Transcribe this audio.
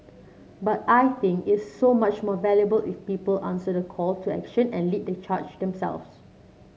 but I think it's so much more valuable if people answer the call to action and lead the charge themselves